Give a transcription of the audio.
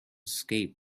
escape